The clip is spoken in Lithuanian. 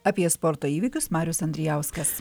apie sporto įvykius marius andrijauskas